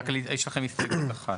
יש לכם הסתייגות אחת.